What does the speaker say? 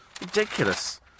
Ridiculous